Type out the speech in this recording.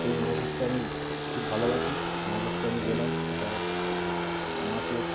সেই মাছ ধরতে আমি খুব ভালোবাসি মাছ ধরতে আমি গেলাম একটা মাচের